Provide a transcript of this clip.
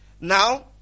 Now